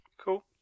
Cool